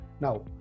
Now